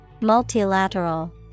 multilateral